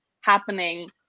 happening